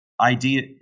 idea